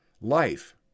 Life